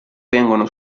vengono